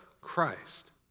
Christ